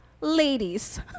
Ladies